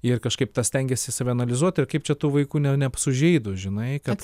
ir kažkaip tas stengiesi save analizuot ir kaip čia tų vaikų ne nesužeidus žinai kad